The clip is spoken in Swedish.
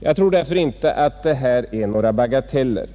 Jag tror därför inte att det är fråga om några bagateller.